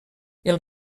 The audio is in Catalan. els